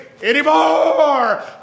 Anymore